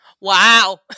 wow